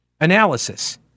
analysis